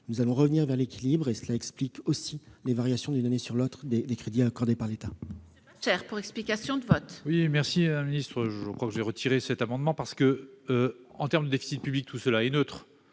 pour revenir vers l'équilibre. Cela explique aussi les variations d'une année sur l'autre des crédits accordés par l'État.